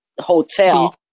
hotel